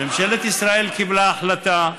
ממשלת ישראל קיבלה החלטה.